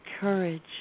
courage